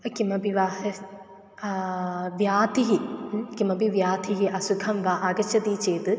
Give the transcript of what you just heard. किमपि वाहनं व्यक्तिः किमपि व्यक्तिः असुखं वा आगच्छति चेत्